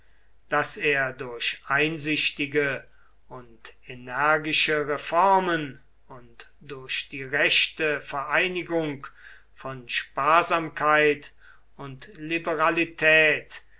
daß er durch einsichtige und energische reformen und durch die rechte vereinigung von sparsamkeit und liberalität